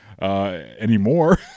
Anymore